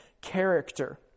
character